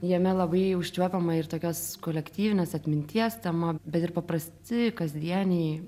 jame labai užčiuopiama ir tokios kolektyvinės atminties tema bet ir paprasti kasdieniai